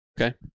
Okay